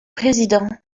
président